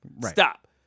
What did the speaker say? Stop